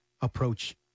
approach